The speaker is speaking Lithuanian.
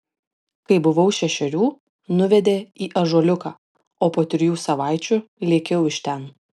kai buvau šešerių nuvedė į ąžuoliuką o po trijų savaičių lėkiau iš ten